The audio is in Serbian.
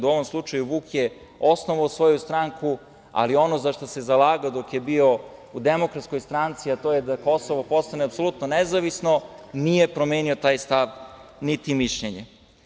U ovom slučaju vuk je osnovao svoju stranku, ali ono za šta se zalagao dok je bio u Demokratskoj stranci, a to je da Kosovo postane apsolutno nezavisno, nije promenio taj stav niti mišljenje.